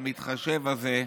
המתחשב הזה,